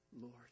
Lord